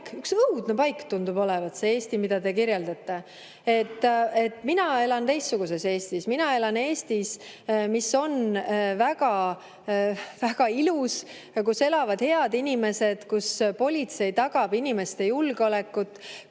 Üks õudne paik tundub olevat see Eesti, mida te kirjeldate. Mina elan teistsuguses Eestis. Mina elan Eestis, mis on väga ilus ja kus elavad head inimesed, kus politsei tagab inimeste julgeolekut,